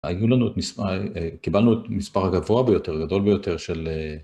קיבלנו את מספר הגבוה ביותר, גדול ביותר של...